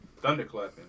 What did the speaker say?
Thunderclapping